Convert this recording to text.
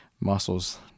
muscles